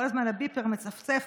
הביפר מצפצף,